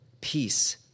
peace